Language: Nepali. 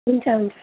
हुन्छ हुन्छ